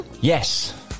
Yes